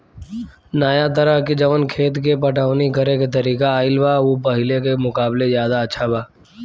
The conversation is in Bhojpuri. नाया तरह के जवन खेत के पटवनी करेके तरीका आईल बा उ पाहिले के मुकाबले ज्यादा अच्छा बा